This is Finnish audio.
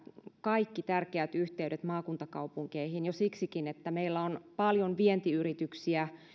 kaikki tärkeät yhteydet maakuntakaupunkeihin jo siksikin että meillä on paljon vientiyrityksiä